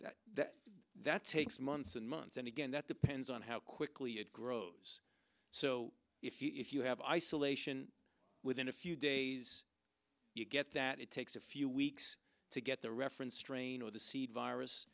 that that takes months and months and again that depends on how quickly it grows so if you have isolation within a few days you get that it takes a few weeks to get the reference strain or the seed virus